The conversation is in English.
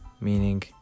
meaning